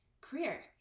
career